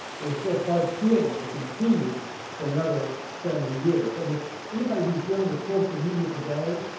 there were still hard feelings that continued for another seventy years. and if anybody who is dealing with social media today,